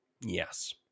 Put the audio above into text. Yes